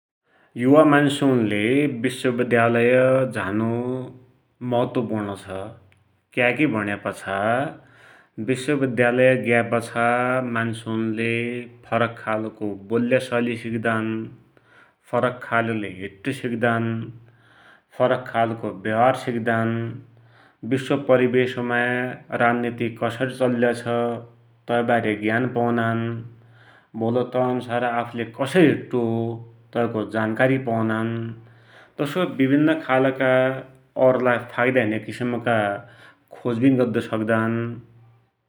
युवा मान्सुनले विश्वविद्यालय झानु जरुरी छ । क्याकी भुण्यापाछा विश्वविद्यालय ग्यापाछा मान्सुनले फरक खालको बोल्या शैली सिक्दान, फरक खालले हिट्टु सिक्दान, फरक खालको व्याहार सिक्दान, विश्व परिवेशमा राजनीति कसरी चलीरैछ तै वारै ज्ञान पौनान् । भोल तै अन्सार आफुले कसरी हिट्टु हो, तैको जानकारी पौनान् । तसोइ विभिन्न खालका औरलाई फाइदा किसीमका खोजविन गर्दुसक्दान ।